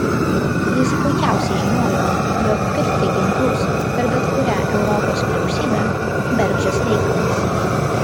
jis puikiausiai žinojo jog pirkti ginklus per bet kurią europos vyriausybę bergždžias reikalas